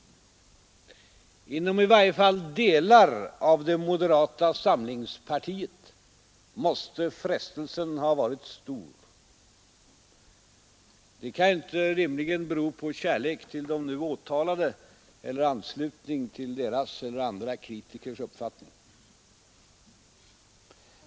Inom i varje fall delar av det moderata samlingspartiet måste frestelsen ha varit stor. Det kan inte bero på kärlek till de nu åtalade eller anslutning till deras eller andra kritikers uppfattning.